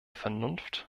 vernunft